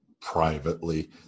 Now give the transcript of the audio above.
privately